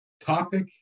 topic